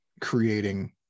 creating